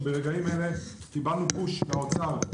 שברגעים אלה קיבלנו פוש מהאוצר,